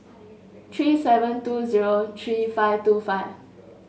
three seven two zero three five two five